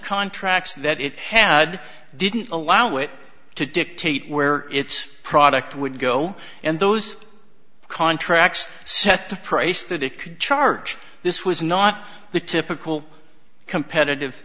contracts that it had didn't allow it to dictate where its product would go and those contracts set the price that it could charge this was not the typical competitive